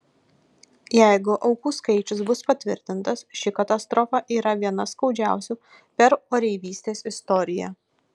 jeigu aukų skaičius bus patvirtintas ši katastrofa yra viena skaudžiausių per oreivystės istoriją